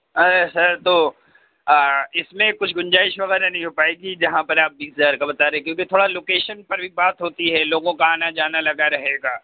ارے sir تو اِس میں کچھ گُنجائش وغیرہ نہیں ہو پائے گی جہاں پر آپ بیس ہزار کا بتا رہے ہیں کیونکہ تھوڑا لوکیشن پر بھی بات ہوتی ہے لوگوں کا آنا جانا لگا رہے گا